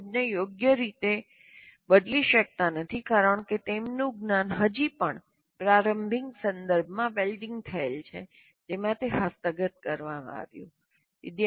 તેઓ કોડને યોગ્ય રીતે બદલી શકતા નથી કારણ કે તેમનું જ્ઞાન હજી પણ પ્રારંભિક સંદર્ભમાં વેલ્ડિંગ થયેલ છે જેમાં તે હસ્તગત કરવામાં આવ્યું છે